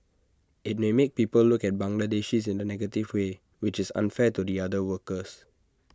IT may make people look at Bangladeshis in A negative way which is unfair to the other workers